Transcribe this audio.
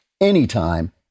anytime